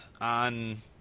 on